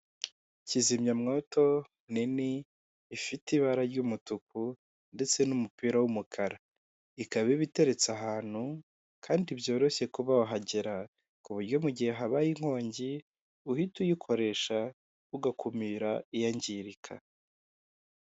Iyo abayobozi basoje inama bari barimo hari ahantu habugenewe bahurira bakiga ku myanzuro yafashwe ndetse bakanatanga n'umucyo ku bibazo byagiye bigaragazwa ,aho hantu iyo bahageze baraniyakira.